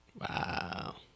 Wow